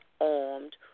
armed